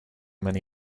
many